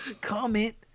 comment